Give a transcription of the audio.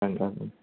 आलदा